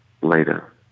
later